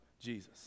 Jesus